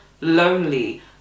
lonely